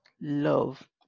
love